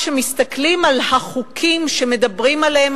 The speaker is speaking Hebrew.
כשמסתכלים על החוקים שמדברים עליהם,